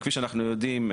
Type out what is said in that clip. וכפי שאנחנו יודעים,